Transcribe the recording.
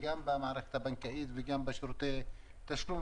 גם במערכת הבנקאית וגם בשירותי התשלום,